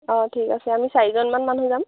অঁ ঠিক আছে আমি চাৰিজনমান মানুহ যাম